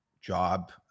job